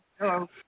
hello